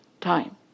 time